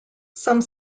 some